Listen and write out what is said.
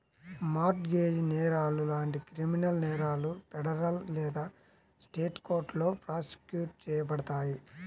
mart gauge నేరాలు లాంటి criminal నేరాలు ఫెడరల్ లేదా స్టేట్ కోర్టులో ప్రాసిక్యూట్ చేయబడతాయి